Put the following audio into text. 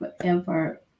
forever